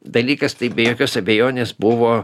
dalykas tai be jokios abejonės buvo